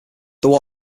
there